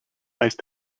nice